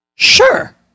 Sure